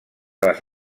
les